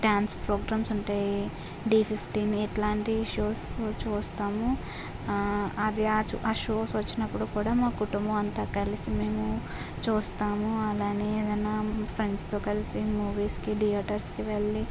dance programmes ఉంటాయి Dhee fifteen ఇలాంటి షోస్ను చూస్తాము ఆ అది షోస్ వచ్చినప్పుడు కూడా మా కుటుంబం అంతా కలిసి మేము చూస్తాము అలాగే ఏదన్న ఫ్రెండ్స్తో కలిసి మూవీస్కి థియేటర్స్కి వెళ్ళి